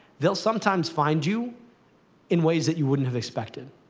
they'll sometimes find you in ways that you wouldn't have expected.